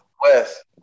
West